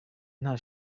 nta